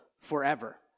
forever